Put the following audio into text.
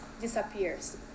disappears